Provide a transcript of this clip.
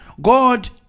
God